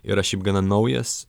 yra šiaip gana naujas